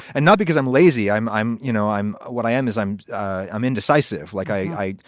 and not because i'm lazy. i'm i'm you know, i'm what i am is i'm i'm indecisive. like, i.